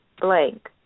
blank